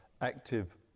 active